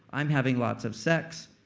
i'm having lots of sex,